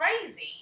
crazy